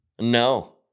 No